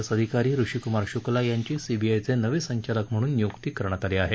S अधिकारी ऋषिकुमार शुक्ला यांची सीबीआयचे नवे संघालक म्हणून नियुक्ती करण्यात आली आहे